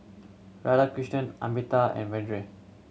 Radhakrishnan Amitabh and Vedre